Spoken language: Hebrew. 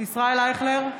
ישראל אייכלר,